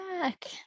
back